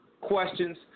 questions